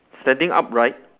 standing upright